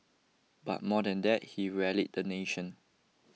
but more than that he rallied the nation